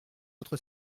votre